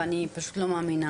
ואני פשוט לא מאמינה.